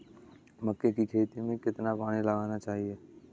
मक्के की खेती में कितना पानी लगाना चाहिए?